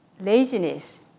Laziness